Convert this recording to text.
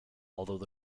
although